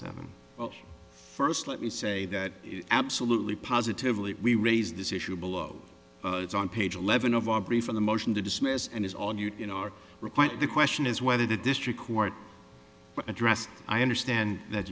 seven first let me say that absolutely positively we raised this issue below it's on page eleven of our brief on the motion to dismiss and is all you know are required the question is whether the district court address i understand that